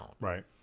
Right